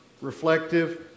reflective